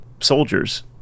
soldiers